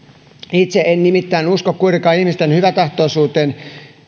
itse en nimittäin kuitenkaan usko ihmisten hyväntahtoisuuteen